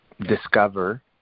discover